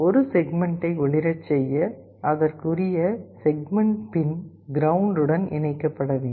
ஒரு செக்மெண்ட்டை ஒளிரச் செய்ய அதற்கு உரிய செக்மெண்ட் பின் கிரவுண்ட் உடன் இணைக்கப்பட வேண்டும்